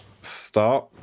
start